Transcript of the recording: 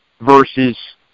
versus